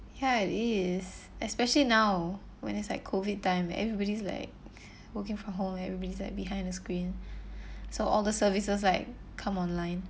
ya it is especially now when it's at COVID time everybody's like working from home everybody is like behind the screen so all the services like come online